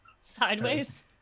Sideways